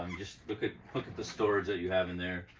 um just look at the storage that you have in there.